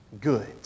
good